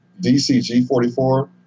DCG44